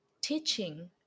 teaching